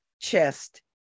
chest